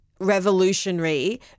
revolutionary